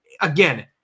Again